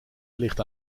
ligt